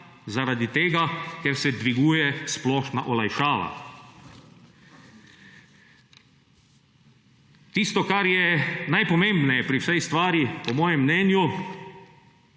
zaradi tega, ker se dviguje splošna olajšava. Tisto, kar je najpomembneje pri vsej stvari, po mojem mnenju,